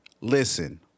Listen